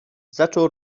zaczął